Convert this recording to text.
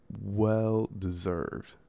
well-deserved